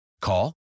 Call